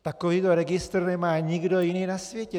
Takovýto registr nemá nikdo jiný na světě.